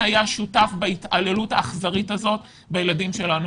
היה שותף בהתעללות האכזרית הזאת בילדים שלנו.